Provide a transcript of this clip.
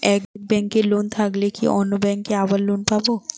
এক ব্যাঙ্কে লোন থাকলে কি অন্য ব্যাঙ্কে আবার লোন পাব?